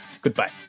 Goodbye